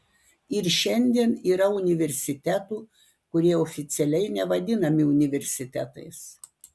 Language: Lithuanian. ir šiandien yra universitetų kurie oficialiai nevadinami universitetais